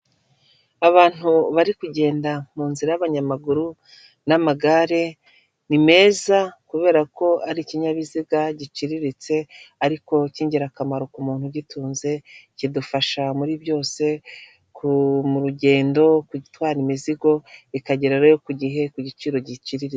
Abantu bari kugenda mu nzira y'abanyamaguru n'amagare ni meza kubera ko ari ikinyabiziga giciriritse ariko k'ingirakamaro ku muntu ugitunze kidufasha muri byose ku mu rugendo gutwara imizigo ikagererayo ku gihe ku giciro giciriritse.